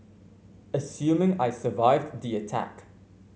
assuming I survived the attack